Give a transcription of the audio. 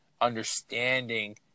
understanding